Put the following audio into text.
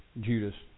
Judas